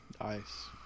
Nice